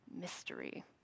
mystery